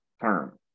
term